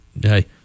hey